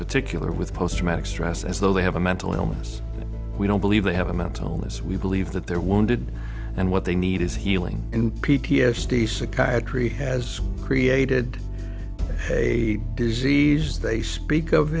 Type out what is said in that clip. particular with post traumatic stress as though they have a mental illness we don't believe they have a mental illness we believe that they're wounded and what they need is healing in p t s d psychiatry has created a disease they speak of